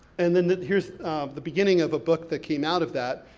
and then, here's the beginning of a book that came out of that,